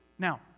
Now